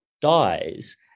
dies